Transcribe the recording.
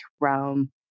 realm